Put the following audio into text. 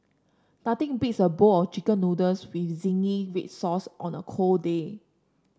nothing beats a bowl of chicken noodles with zingy red sauce on a cold day